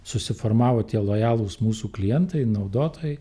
susiformavo tie lojalūs mūsų klientai naudotojai